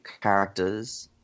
characters